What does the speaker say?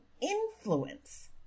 influence